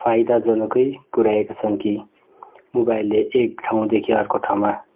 फाइदाजनकै पुऱ्याएका छन् कि मोबाइलले एक ठाउँदेखि अर्को ठाउँमा